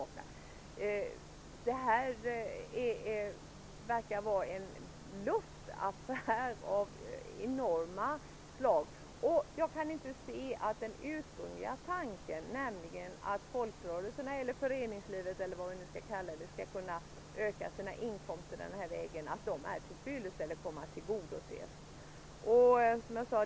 Det här verkar vara en luftaffär av enormt slag. Jag kan inte se att den ursprungliga tanken, nämligen att folkrörelserna eller föreningslivet på detta sätt skall kunna öka sina inkomster, kan komma att tillgodoses.